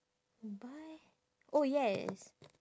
buy oh yes